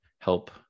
help